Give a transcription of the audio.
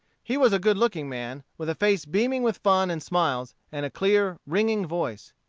he was a good-looking man, with a face beaming with fun and smiles, and a clear, ringing voice.